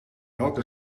welke